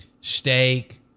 steak